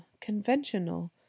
conventional